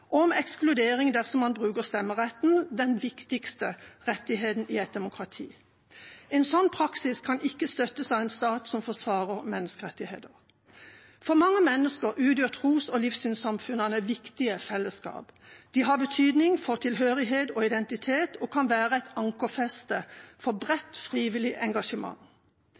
om ekskludering dersom man bruker stemmeretten – den viktigste rettigheten i et demokrati. En slik praksis kan ikke støttes av en stat som forsvarer menneskerettigheter. For mange mennesker utgjør tros- og livssynssamfunnene viktige fellesskap. De har betydning for tilhørighet og identitet og kan være et ankerfeste for bredt frivillig engasjement.